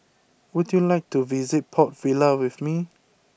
would you like to visit Port Vila with me